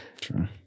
True